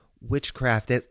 witchcraft